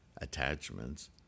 attachments